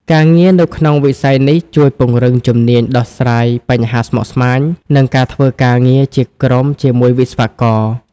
ការងារនៅក្នុងវិស័យនេះជួយពង្រឹងជំនាញដោះស្រាយបញ្ហាស្មុគស្មាញ និងការធ្វើការងារជាក្រុមជាមួយវិស្វករ។